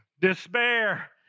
despair